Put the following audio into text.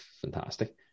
fantastic